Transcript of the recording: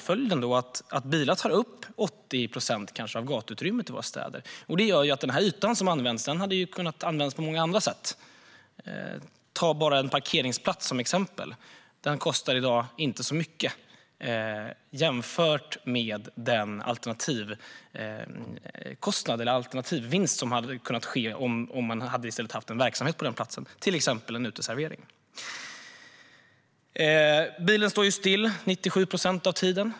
Följden är att bilar tar upp kanske 80 procent av gatuutrymmet i våra städer. Men den yta som används hade kunnat användas på många andra sätt. Ta bara en parkeringsplats som exempel! Den kostar i dag inte så mycket jämfört med den alternativvinst som hade kunnat uppstå om man i stället hade haft en verksamhet på platsen, till exempel en uteservering. Bilen står ju still 97 procent av tiden.